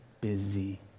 busy